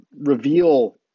reveal